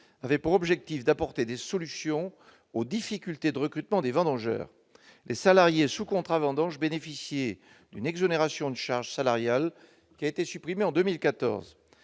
avait pour objet d'apporter des solutions aux difficultés de recrutement de vendangeurs. Les salariés employés sous contrat vendanges bénéficiaient d'une exonération de charges salariales, qui a été supprimée en 2014.